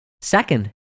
Second